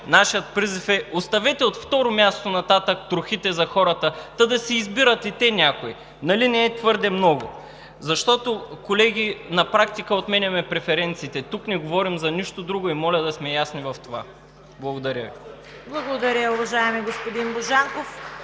Нашият призив е: оставете от второ място нататък трохите за хората, та да си избират и те някой. Нали не е твърде много? Защото, колеги, на практика отменяме преференциите. Тук не говорим за нищо друго и моля да сме ясни в това. Благодаря Ви. (Ръкопляскания